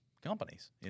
companies